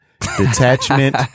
detachment